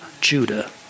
Judah